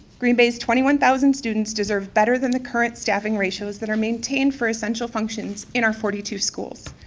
green bay's twenty one thousand students deserve better than the current staffing ratios that are maintained for essential functions in our forty two schools.